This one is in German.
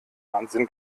wahnsinn